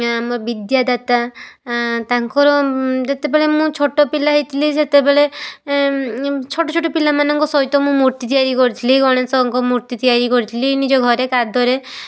ଆମ ବିଦ୍ୟାଦାତା ତାଙ୍କର ଯେତେବେଳେ ମୁଁ ଛୋଟପିଲା ହେଇଥିଲି ସେତେବେଳେ ଛୋଟ ଛୋଟ ପିଲାମାନଙ୍କ ସହିତ ମୁଁ ମୂର୍ତ୍ତି ତିଆରି କରୁଥିଲି ଗଣେଶଙ୍କ ମୂର୍ତ୍ତି ତିଆରି କରୁଥିଲି ନିଜ ଘରେ କାଦୁଅରେ